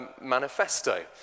manifesto